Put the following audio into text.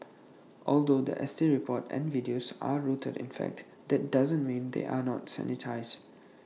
although The S T report and videos are rooted in fact that doesn't mean they are not sanitised